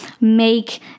make